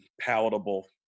palatable